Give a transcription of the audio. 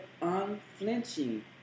unflinching